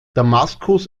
damaskus